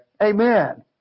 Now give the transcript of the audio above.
Amen